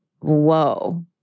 Whoa